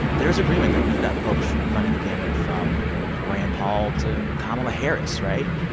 there is agreement there. you've got folks running the gamut from rand paul to kamala harris, right?